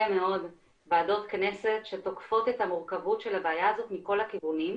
מאוד ועדות כנסת שתוקפות את המורכבות של הבעיה הזאת מכל הכיוונים,